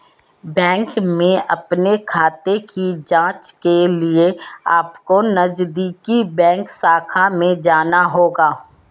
bank में अपने खाते की जांच के लिए अपको नजदीकी बैंक शाखा में जाना होगा